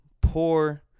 poor